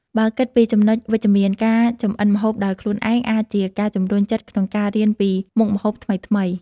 បើគិតពីចំណុចវិជ្ជមាន ការចម្អិនម្ហូបដោយខ្លួនឯងអាចជាការជម្រុញចិត្តក្នុងការរៀនពីមុខម្ហូបថ្មីៗ។